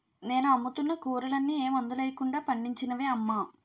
నేను అమ్ముతున్న కూరలన్నీ ఏ మందులెయ్యకుండా పండించినవే అమ్మా